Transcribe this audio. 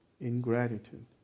ingratitude